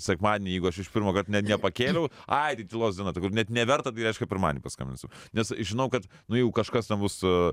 sekmadienį jeigu aš iš pirmokart ne nepakėliau ai tai tylos diena net neverta tai reiškia pirmadienį paskambinsiu nes žinau kad nu jeigu jau kažkas ten bus